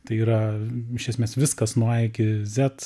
tai yra iš esmės viskas nuo a iki zet